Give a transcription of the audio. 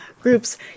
groups